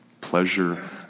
Pleasure